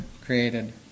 created